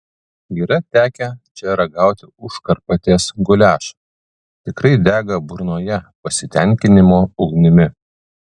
yra tekę čia ragauti užkarpatės guliašą tikrai dega burnoje pasitenkinimo ugnimi